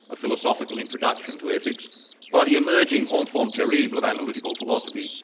a philosophical introduction to ethics by the emerging enfant terrible of analytical philosophy,